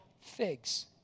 figs